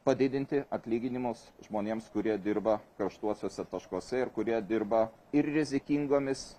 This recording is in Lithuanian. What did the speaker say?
padidinti atlyginimus žmonėms kurie dirba karštuosiuose taškuose ir kurie dirba ir rizikingomis